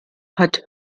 hat